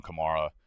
Kamara